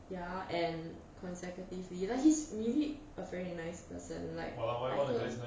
ya and consecutively but he's really a very nice person like afterwards